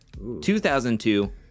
2002